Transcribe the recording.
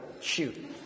Shoot